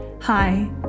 Hi